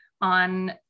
on